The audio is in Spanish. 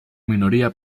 minoría